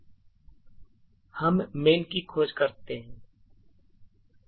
हम main की खोज कर सकते हैं